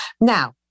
now